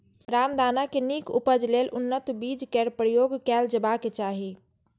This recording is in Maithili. रामदाना के नीक उपज लेल उन्नत बीज केर प्रयोग कैल जेबाक चाही